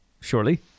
Surely